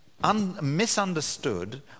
misunderstood